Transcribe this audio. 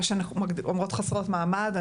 מה שאנחנו אומרות חסרות מעמד.